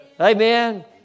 Amen